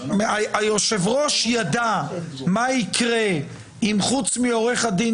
היושב-ראש ידע מה יקרה אם חוץ מעורך הדין